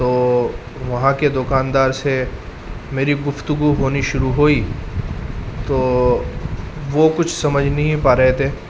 تو وہاں کے دکاندار سے میری گفتگو ہونی شروع ہوئی تو وہ کچھ سمجھ نہیں پا رہے تھے